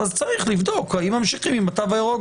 צריך לבדוק האם ממשיכים עם התו הירוק.